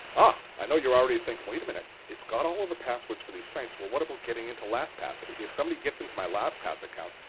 ah i know you're already thinking, wait a minute, minute, it's got all of the passwords for these sites. well, what about getting into lastpass? if somebody gets into my lastpass account,